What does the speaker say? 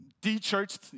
de-churched